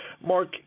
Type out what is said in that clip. Mark